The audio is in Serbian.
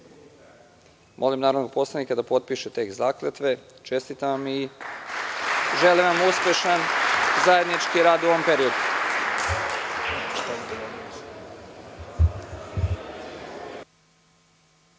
narodnog poslanika da potpiše tekst zakletve, čestitam vam i želim vam uspešan zajednički rad u ovom periodu. Zbog